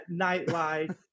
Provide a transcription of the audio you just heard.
nightlife